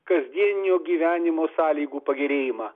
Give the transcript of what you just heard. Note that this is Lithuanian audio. kasdieninio gyvenimo sąlygų pagerėjimą